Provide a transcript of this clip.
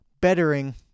bettering